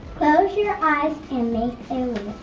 close your eyes and make